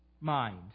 mind